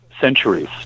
centuries